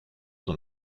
dans